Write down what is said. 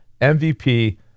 MVP